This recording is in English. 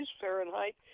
Fahrenheit